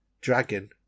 dragon